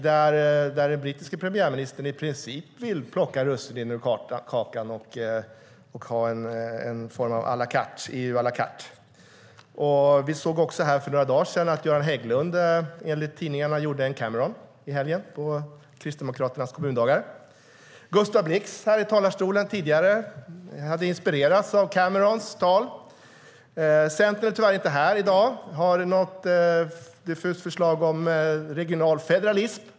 Den brittiske premiärministern vill i princip plocka russinen ur kakan och ha en form av EU à la carte. Vi såg också för att Göran Hägglund, enligt tidningarna, gjorde en Cameron i helgen på Kristdemokraternas kommundagar. Gustav Blix, som stod här i talarstolen tidigare, hade inspirerats av Camerons tal. Centern, som tyvärr inte är här i dag, har något diffust förslag om regional federalism.